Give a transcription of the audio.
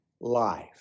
life